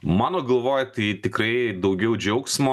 mano galvoj tai tikrai daugiau džiaugsmo